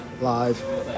live